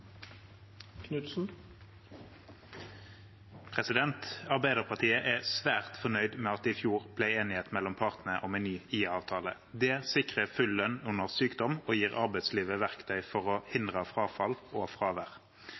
svært fornøyd med at det i fjor ble enighet mellom partene om en ny IA-avtale. Det sikrer full lønn under sykdom og gir arbeidslivet verktøy for å hindre frafall og fravær.